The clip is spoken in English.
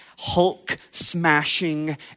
Hulk-smashing